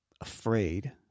afraid